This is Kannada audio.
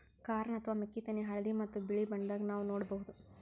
ಕಾರ್ನ್ ಅಥವಾ ಮೆಕ್ಕಿತೆನಿ ಹಳ್ದಿ ಮತ್ತ್ ಬಿಳಿ ಬಣ್ಣದಾಗ್ ನಾವ್ ನೋಡಬಹುದ್